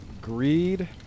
Greed